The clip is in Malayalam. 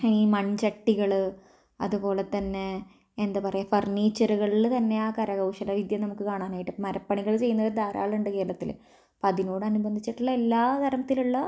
ഈ മണ്ചട്ടികൾ അതുപോലെ തന്നെ എന്താ പറയാ ഫര്ണിച്ചറുകളിൽ തന്നെയാ കരകൗശല വിദ്യ നമുക്ക് കാണാനായിട്ട് മരപ്പണികള് ചെയ്യുന്നവര് ധാരാളമുണ്ട് കേരളത്തിൽ അതിനോടനുബന്ധിച്ചിട്ടുള്ള എല്ലാത്തരത്തിലുള്ള